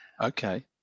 Okay